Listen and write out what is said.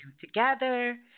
together